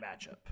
matchup